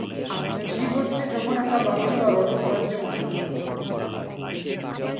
ছিপ দিয়ে যখল একট লাঠি বা রডের সাহায্যে মাছ ধ্যরা হ্যয়